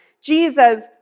Jesus